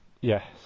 Yes